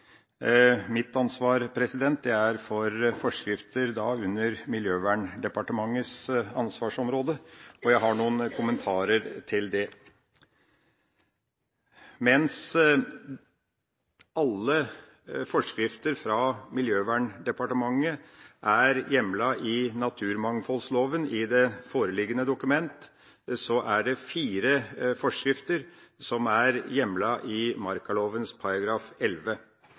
Mitt ansvar gjelder forskrifter under Miljøverndepartementets ansvarsområde, og jeg har noen kommentarer i forbindelse med det. Mens alle forskrifter fra Miljøverndepartementet i det foreliggende dokument er hjemlet i naturmangfoldloven, er det fire forskrifter som er hjemlet i